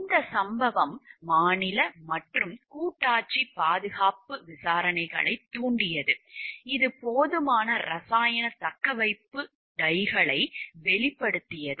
இந்த சம்பவம் மாநில மற்றும் கூட்டாட்சி பாதுகாப்பு விசாரணைகளை தூண்டியது இது போதுமான இரசாயன தக்கவைப்பு டைக்குகளை வெளிப்படுத்தியது